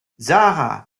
sarah